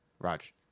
Raj